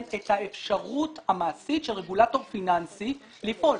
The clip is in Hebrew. את האפשרות המעשית של רגולטור פיננסי ליפול.